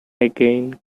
again